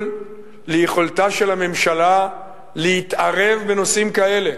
ליכולתה של הממשלה להתערב בנושאים כאלה.